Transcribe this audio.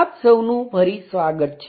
આપસૌનું ફરી સ્વાગત છે